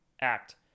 act